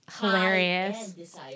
hilarious